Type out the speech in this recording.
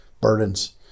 burdens